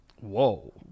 Whoa